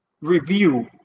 review